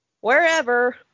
wherever